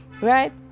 Right